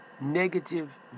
negative